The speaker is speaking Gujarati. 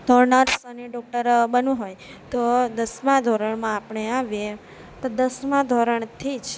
તો નર્સ અને ડૉક્ટર બનવું હોય તો દસમા ધોરણમાં આપણે આવીએ તો દસમા ધોરણથી જ